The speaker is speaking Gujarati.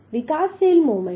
વિકાસશીલ મોમેન્ટ